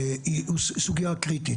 הוא סוגייה קריטית.